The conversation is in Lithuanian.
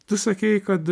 tu sakei kad